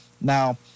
Now